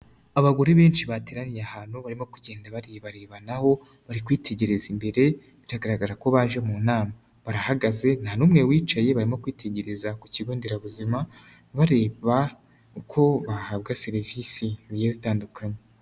Abagore benshi bateraniye ahantu, barimo kugenda baribarebanaho, bari kwitegereza imbere, biragaragara ko baje mu nama, barahagaze nta n'umwe wicaye, barimo kwitegereza ku kigo nderabuzima bareba uko bahabwa serivisiye, zigiye zitandukanye.